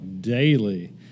daily